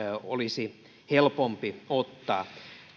olisi helpompi ottaa